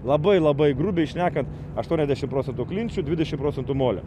labai labai grubiai šnekant aštuoniasdešim procentų klinčių dvidešim procentų molio